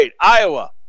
Iowa